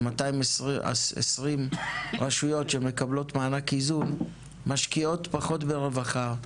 שזה 220 רשויות שמקבלות מענק איזון משקיעות פחות ברווחה,